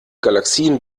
galaxien